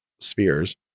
spheres